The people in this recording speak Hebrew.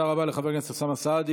החל מ-2015,